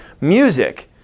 Music